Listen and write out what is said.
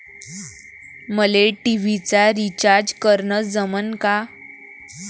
मले टी.व्ही चा रिचार्ज करन जमन का?